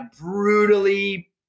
brutally